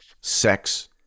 sex